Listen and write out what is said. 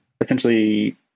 essentially